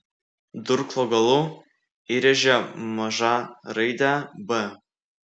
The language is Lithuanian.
durklo galu įrėžė mažą raidę b